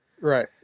right